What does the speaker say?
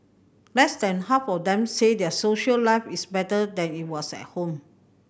less than half of them say their social life is better than it was at home